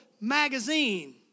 magazine